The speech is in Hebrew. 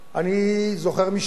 אני זוכר משטרים,